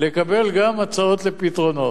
לקבל גם הצעות לפתרונות.